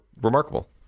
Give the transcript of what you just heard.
remarkable